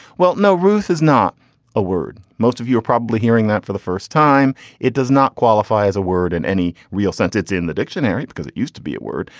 well no ruth is not a word most of you are probably hearing that for the first time. it does not qualify as a word in any real sense it's in the dictionary because it used to be a word.